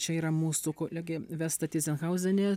čia yra mūsų kolegė vesta tizenhauzienė